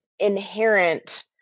inherent